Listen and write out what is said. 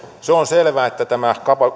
se on selvä että tämä